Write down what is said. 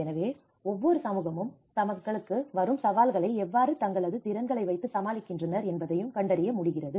எனவே ஒவ்வொரு சமூகமும் தங்களுக்கு வரும் சவால்களை எவ்வாறு தங்களது திறன்களை வைத்து சமாளிக்கின்றனர் என்பதையும் கண்டறிய முடிகிறது